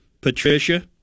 Patricia